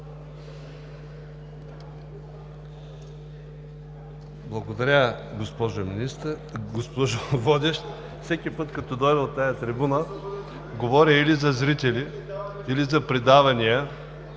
Министър. Госпожо Водещ. Всеки път, като дойда на тази трибуна, говоря или за зрители, или за предавания,